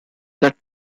that